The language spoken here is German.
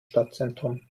stadtzentrum